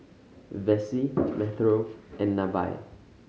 Vessie Metro and Nevaeh